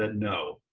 ah no,